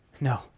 No